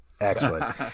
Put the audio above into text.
Excellent